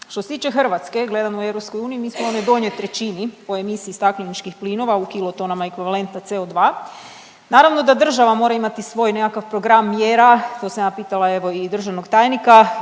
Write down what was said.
Što se tiče Hrvatske gledano u EU mi smo u onoj donjoj trećini po emisiji stakleničkih plinova u kilo tonama ekvivalenta CO2. Naravno da država mora imati svoj nekakav program mjera, to sam ja pitala evo i državnog tajnika